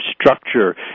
structure